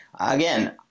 Again